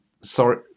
sorry